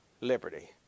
liberty